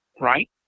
right